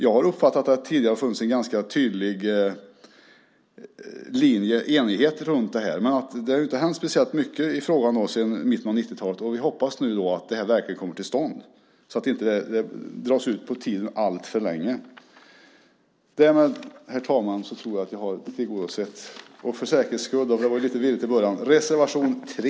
Jag har uppfattat att det tidigare har funnits en ganska tydlig enig linje här. Men det har inte hänt särskilt mycket i frågan sedan mitten av 1990-talet, så vi hoppas att detta nu verkligen kommer till stånd, så att det inte drar ut på tiden alltför länge. För säkerhets skull vill jag upprepa att jag yrkar bifall till reservation 3.